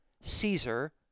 Caesar